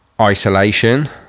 Isolation